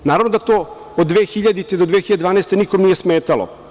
Naravno da to od 2000. do 2012. godine nikom nije smetalo.